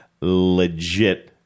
legit